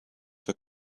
for